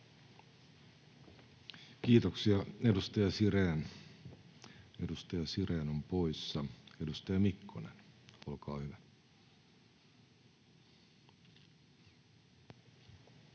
Kiitoksia. — Edustaja Sirén, edustaja Sirén on poissa. — Edustaja Mikkonen, olkaa hyvä.